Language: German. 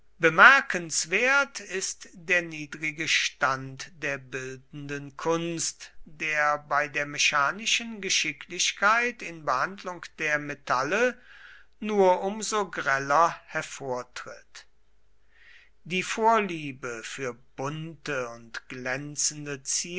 bemerkenswert ist der niedrige stand der bildenden kunst der bei der mechanischen geschicklichkeit in behandlung der metalle nur um so greller hervortritt die vorliebe für bunte und glänzende